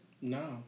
No